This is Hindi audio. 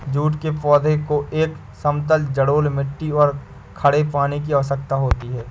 जूट के पौधे को एक समतल जलोढ़ मिट्टी और खड़े पानी की आवश्यकता होती है